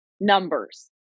numbers